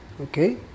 okay